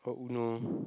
or Uno